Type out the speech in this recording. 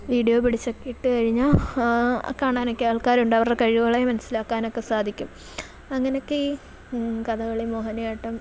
video പിടിച്ചൊക്കെ ഇട്ടു കഴിഞ്ഞാൽ കാണാനൊക്കെ ആൾക്കാരുണ്ടാകും അവരുടെ കഴിവുകളെ മനസ്സിലാക്കാനൊക്കെ സാധിക്കും അങ്ങനെയൊക്കെ ഈ കഥകളി മോഹിനിയാട്ടം